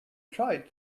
tried